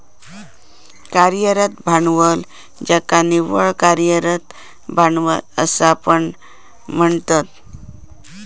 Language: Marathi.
कार्यरत भांडवल ज्याका निव्वळ कार्यरत भांडवल असा पण म्हणतत